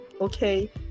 okay